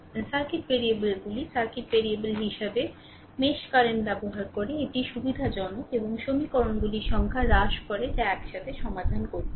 circuit ভেরিয়েবলগুলি circuit variable হিসাবে mesh current ব্যবহার করে এটি সুবিধাজনক এবং সমীকরণগুলির সংখ্যা হ্রাস করে যা একসাথে সমাধান করতে হবে